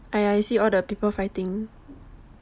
!aiya! you see all the people fighting